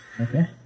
Okay